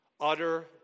Utter